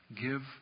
give